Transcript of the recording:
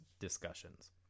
discussions